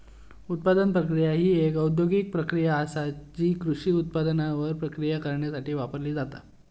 उत्पादन प्रक्रिया ही एक औद्योगिक प्रक्रिया आसा जी कृषी उत्पादनांवर प्रक्रिया करण्यासाठी वापरली जाता